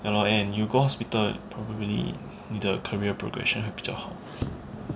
ya lor and you go hospital probably the career progression 会比较好